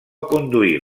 conduir